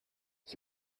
ich